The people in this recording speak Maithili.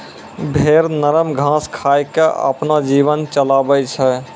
भेड़ नरम घास खाय क आपनो जीवन चलाबै छै